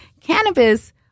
cannabis